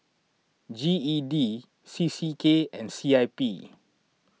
G E D C C K and C I P